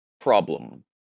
problem